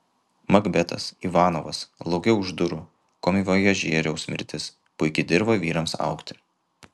makbetas ivanovas lauke už durų komivojažieriaus mirtis puiki dirva vyrams augti